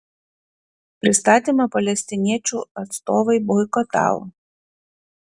pristatymą palestiniečių atstovai boikotavo